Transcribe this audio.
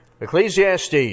Ecclesiastes